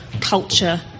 culture